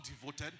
devoted